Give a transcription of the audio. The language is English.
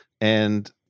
And-